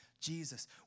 Jesus